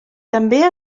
també